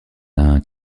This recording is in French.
d’un